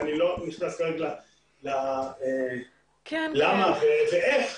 אני לא נכנס למה ואיך,